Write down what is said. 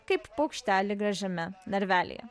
kaip paukštelį gražiame narvelyje